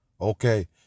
Okay